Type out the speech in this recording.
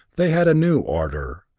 they had a new ardor,